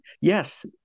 Yes